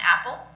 apple